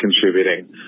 contributing